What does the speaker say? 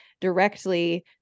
directly